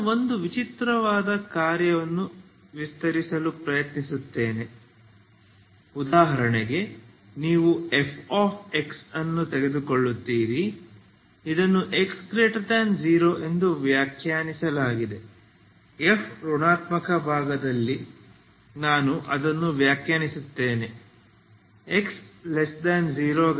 ನಾನು ಒಂದು ವಿಚಿತ್ರವಾದ ಕಾರ್ಯವನ್ನು ವಿಸ್ತರಿಸಲು ಪ್ರಯತ್ನಿಸುತ್ತೇನೆ ಉದಾಹರಣೆಗೆ ನೀವು Fx ಅನ್ನು ತೆಗೆದುಕೊಳ್ಳುತ್ತೀರಿ ಇದನ್ನು x0 ಎಂದು ವ್ಯಾಖ್ಯಾನಿಸಲಾಗಿದೆ F ಋಣಾತ್ಮಕ ಭಾಗದಲ್ಲಿ ನಾನು ಅದನ್ನು ವ್ಯಾಖ್ಯಾನಿಸುತ್ತೇನೆ x0